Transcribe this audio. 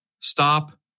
stop